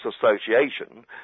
association